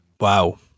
Wow